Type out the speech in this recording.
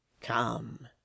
Come